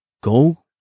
Go